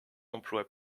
emploie